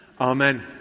Amen